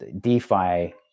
DeFi